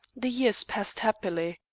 the years passed happily.